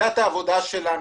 שיטת העבודה שלנו,